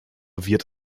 wird